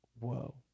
whoa